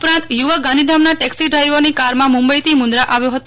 ઉપરાંત યુ વક ગાંધીધામના ટેક્સી ડ્રાઈવરની કારમાં મુંબઈ થી મું દરા આવ્યો હતો